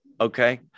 Okay